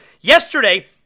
Yesterday